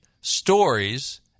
stories